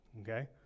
okay